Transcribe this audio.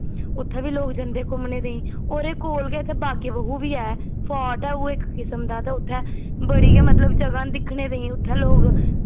उत्थै बी लोक जंदे घुम्मनै ताहीं ओह्दे कोल गै इत्थें बाग ए बाहु बी ऐ फाह्ट ऐ ओह् इक्क किस्म दा ते उत्थै बड़ी गै जगह मतलब उत्थै दिक्खनै गी ते लोक